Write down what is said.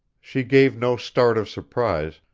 she gave no start of surprise,